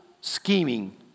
scheming